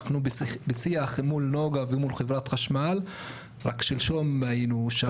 אנחנו נמצאים בשיח מול נגה ומול חברת החשמל; רק שלשום היינו שם.